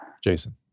Jason